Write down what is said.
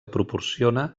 proporciona